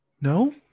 no